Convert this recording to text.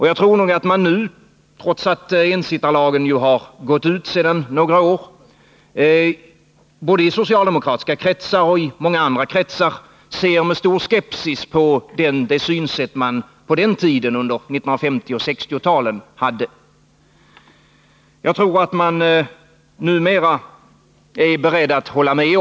Jag tror att man nu, trots att ensittarlagen gick ut för några år sedan, både i socialdemokratiska kretsar och i många andra kretsar ser med stor skepsis på det synsätt man på den punkten hade på 1950 och 1960-talen.